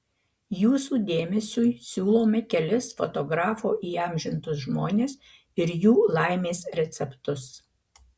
jūsų dėmesiui siūlome kelis fotografo įamžintus žmones ir jų laimės receptus